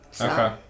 Okay